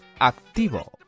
Activo